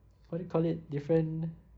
what do you call it different